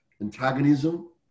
antagonism